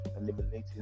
eliminating